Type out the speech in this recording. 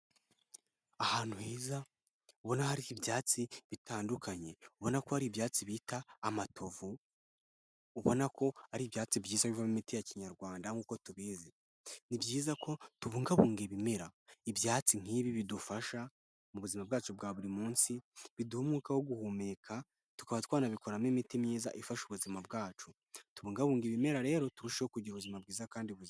Ahantu heza ubona hari ibyatsi bitandukanye ubona ko hari ibyatsi bita amatovu, ubona ko ari ibyatsi byiza bivamo imiti ya kinyarwanda nk'uko tubizi. Ni byiza ko tubungabunga ibimera ibyatsi nk'ibi bidufasha mu buzima bwacu bwa buri munsi biduha umwuka wo guhumeka tukaba twanabikoramo imiti myiza ifasha ubuzima bwacu, tubungabunge ibimera rero turushaho kugira ubuzima bwiza kandi buzima.